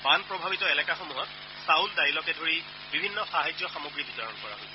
বান প্ৰভাৱিত এলেকাসমূহত চাউল দাইলকে ধৰি বিভিন্ন সাহায্য সামগ্ৰী বিতৰণ কৰা হৈছে